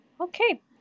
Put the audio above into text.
Okay